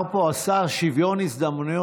אני אסיר תודה.